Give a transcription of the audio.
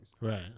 Right